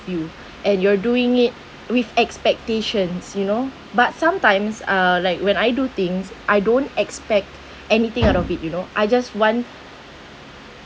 you and you're doing it with expectations you know but sometimes uh like when I do things I don't expect anything out of it you know I just want